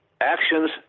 Actions